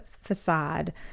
facade